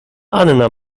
anna